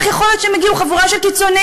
איך יכול להיות שהם הגיעו, חבורה של קיצוניים?